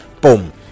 Boom